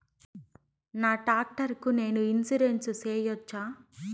నా టాక్టర్ కు నేను ఇన్సూరెన్సు సేయొచ్చా?